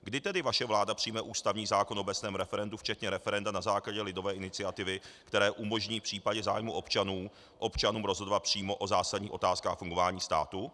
Kdy tedy vaše vláda přijme ústavní zákon o obecném referendu včetně referenda na základě lidové iniciativy, které umožní v případě zájmu občanů občanům rozhodovat přímo o zásadních otázkách fungování státu?